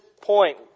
point